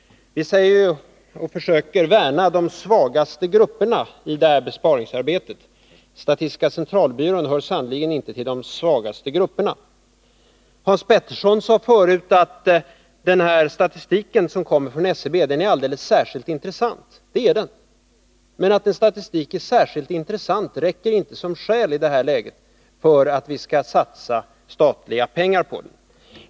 Vi försöker ju värna om de svagaste grupperna i det här besparingsarbetet, och statistiska centralbyrån hör sannerligen inte till de svagaste grupperna. tiska centralbyrån Hans Petersson sade förut att den statistik som kommer från SCB är alldeles särskilt intressant. Ja, det är den, men att statistik är särskilt intressant räcker inte som skäl i det här läget för att vi skall satsa statliga pengar på den.